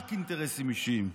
רק אינטרסים אישיים.